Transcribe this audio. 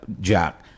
Jack